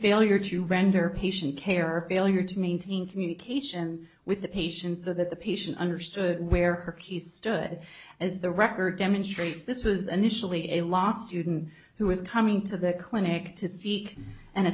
failure to render patient care or failure to maintain communication with the patients so that the patient understood where he stood as the record demonstrates this was initially a law student who was coming to the clinic to seek an